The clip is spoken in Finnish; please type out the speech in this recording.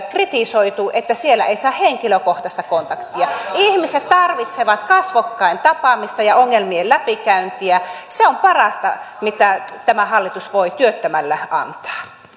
kritisoitu että siellä ei saa henkilökohtaista kontaktia ihmiset tarvitsevat kasvokkain tapaamista ja ongelmien läpikäyntiä se on parasta mitä tämä hallitus voi työttömälle antaa